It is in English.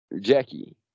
Jackie